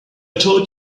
told